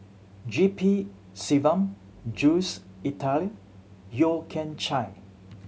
G P Selvam Jules Itier Yeo Kian Chai